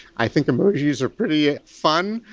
i think emojis are pretty fun,